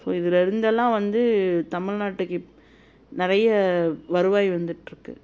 so இதில் இருந்தெல்லாம் வந்து தமிழ்நாட்டுக்கு நிறைய வருவாய் வந்துகிட்ருக்கு